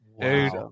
dude